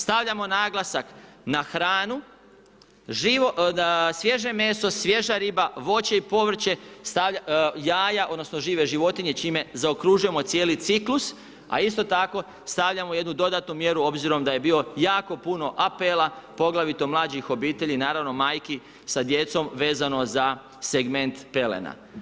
Stavljamo naglasak na hranu, na svježe meso, svježa riba, voće i povrće, jaja odnosno žive životinje čime zaokružujemo cijeli ciklus a isto tako stavljamo jednu dodatnu mjeru obzirom da je bilo jako puno apela poglavito mlađih obitelji naravno majki sa djecom vezano za segment pelena.